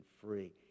free